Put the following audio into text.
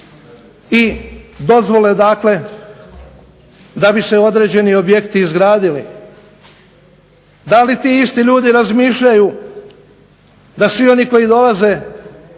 i dozvole, dakle da bi se određeni objekti izgradili. Da li ti isti ljudi razmišljaju da svi oni koji dolaze